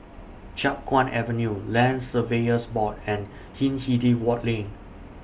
Chiap Guan Avenue Land Surveyors Board and Hindhede Lane